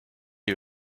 you